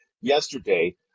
yesterday